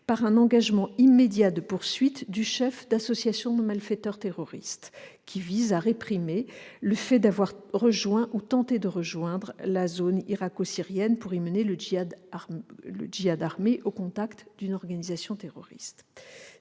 d'un engagement immédiat de poursuites du chef d'« association de malfaiteurs terroriste », qui visent à réprimer le fait d'avoir rejoint ou tenté de rejoindre la zone irako-syrienne pour y mener le djihad armé au contact d'une organisation terroriste.